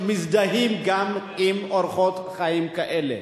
שמזדהים גם עם אורחות חיים כאלה.